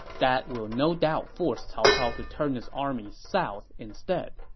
that will no doubt force cao cao to turn his army south instead.